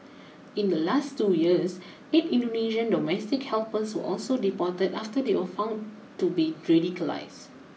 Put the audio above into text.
in the last two years eight Indonesian domestic helpers were also deported after they were found to be radicalised